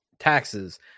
taxes